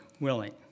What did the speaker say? willing